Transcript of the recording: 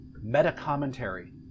meta-commentary